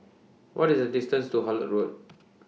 What IS The distance to Hullet Road